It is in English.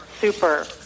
super